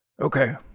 Okay